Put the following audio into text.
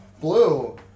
Blue